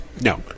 No